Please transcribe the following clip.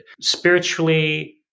spiritually